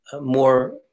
more